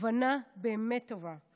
שהכוונה באמת טובה.